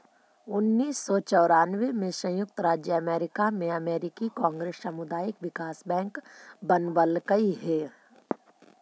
उन्नीस सौ चौरानबे में संयुक्त राज्य अमेरिका में अमेरिकी कांग्रेस सामुदायिक विकास बैंक बनवलकइ हई